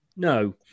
No